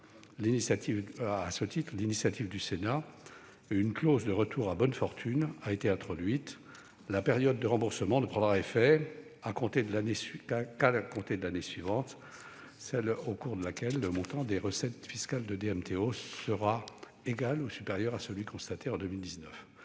que, sur l'initiative du Sénat, une clause de retour à meilleure fortune a été introduite : la période de remboursement ne démarrera qu'à compter de l'année suivant celle au cours de laquelle le montant des recettes fiscales de DMTO sera égal ou supérieur à celui qui a été constaté en 2019.